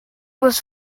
was